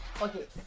Okay